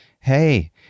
hey